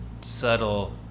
subtle